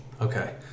Okay